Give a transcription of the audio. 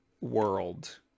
World